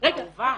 אהובה,